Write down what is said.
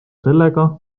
sellega